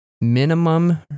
minimum